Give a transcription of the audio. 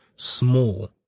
small